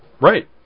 Right